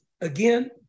again